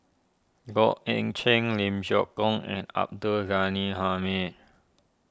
Goh Eck Lim Geok and Abdul Ghani Hamid